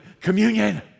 communion